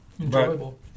Enjoyable